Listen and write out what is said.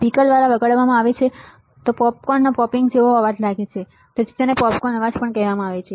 અને સ્પીકર દ્વારા વગાડવામાં આવે છે તે પોપકોર્ન પોપિંગ જેવો લાગે છે અને તેથી તેને પોપકોર્ન અવાજ પણ કહેવામાં આવે છે